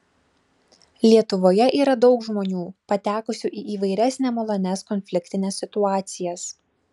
lietuvoje yra daug žmonių patekusių į įvairias nemalonias konfliktines situacijas